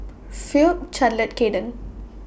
Phoebe Charlotte Kaden